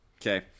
Okay